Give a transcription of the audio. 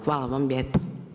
Hvala vam lijepo.